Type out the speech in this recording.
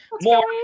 more